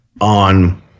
on